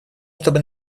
чтобы